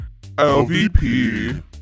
lvp